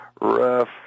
rough